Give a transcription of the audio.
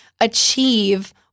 achieve